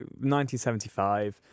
1975